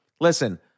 listen